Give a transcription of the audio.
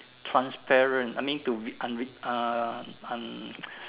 transparent I mean to unvi~ uh un~